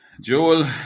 Joel